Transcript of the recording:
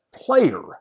Player